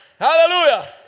Hallelujah